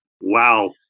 wow